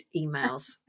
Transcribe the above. emails